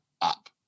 up